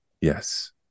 Yes